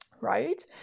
right